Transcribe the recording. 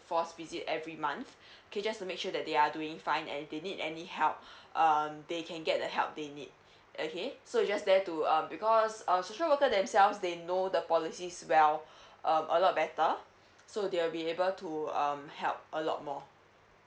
forced visit every month okay just to make sure that they are doing fine and they need any help um they can get the help they need okay so is just there to um because uh social worker themselves they know the policies well um a lot better so they will be able to um help a lot more